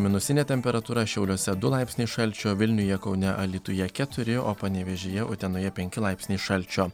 minusinė temperatūra šiauliuose du laipsniai šalčio vilniuje kaune alytuje keturi o panevėžyje utenoje penki laipsniai šalčio